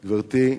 גברתי,